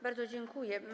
Bardzo dziękuję.